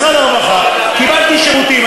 אבל במשרד הרווחה קיבלתי שירותים,